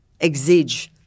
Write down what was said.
exige